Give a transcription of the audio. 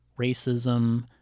racism